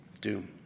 doom